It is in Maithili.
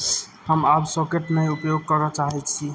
हम आब सॉकेट नहि उपयोग करऽ चाहैत छी